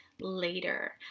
later